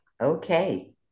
Okay